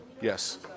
yes